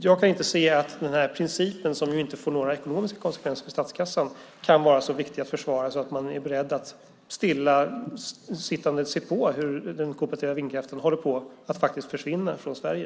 Jag kan inte se att den här principen, som ju inte får några ekonomiska effekter för statskassan, kan vara så viktig att försvara att man är beredd att stillasittande se på hur den kooperativa vindkraften håller på att faktiskt försvinna från Sverige.